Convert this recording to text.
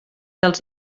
dels